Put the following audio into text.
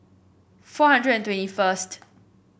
four hundred and twenty first